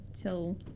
till